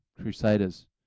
Crusaders